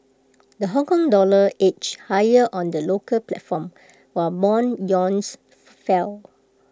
the Hongkong dollar edged higher on the local platform while Bond yields fell